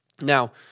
Now